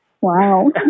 Wow